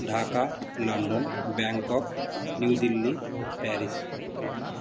Dhaka London Bangkok New Delhi Paris